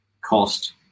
cost